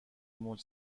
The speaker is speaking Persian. موج